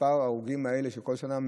מספר ההרוגים הזה בכל שנה,